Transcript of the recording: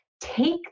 take